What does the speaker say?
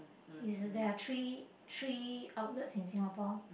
is there are three three outlets in Singapore